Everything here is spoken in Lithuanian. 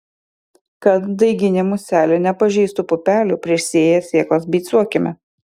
kad daiginė muselė nepažeistų pupelių prieš sėją sėklas beicuokime